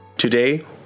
Today